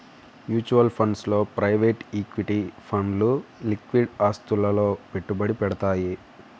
mutual funds లో private equity ఫండ్లు liquid ఆస్తులలో పెట్టుబడి పెడతయ్యి